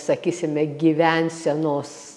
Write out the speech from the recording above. sakysime gyvensenos